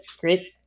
Great